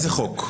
איזה חוק?